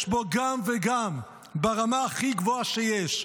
יש בו גם וגם ברמה הכי גבוהה שיש.